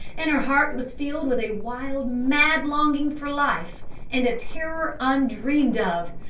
and her heart was filled with a wild, mad longing for life and a terror undreamt of.